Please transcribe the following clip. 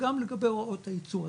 גם לגבי הוראות הייצור,